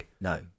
No